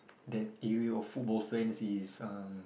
that area of football fans is um